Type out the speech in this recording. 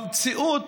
במציאות,